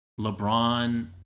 LeBron